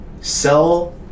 sell